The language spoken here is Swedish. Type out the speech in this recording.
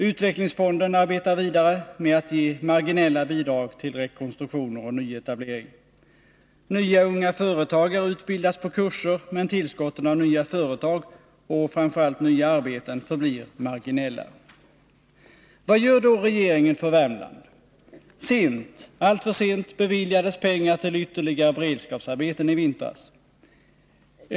Utvecklingsfonden arbetar vidare med att ge marginella bidrag till rekonstruktioner och nyetableringar. Nya unga företagare utbildas på kurser, men tillskotten av nya företag och framför allt nya arbeten förblir marginella. Vad gör då regeringen för Värmland? Sent, alltför sent, beviljades pengar till ytterligare beredskapsarbeten i vintras.